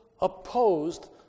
opposed